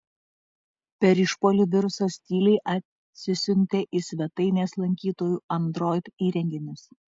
per išpuolį virusas tyliai atsisiuntė į svetainės lankytojų android įrenginius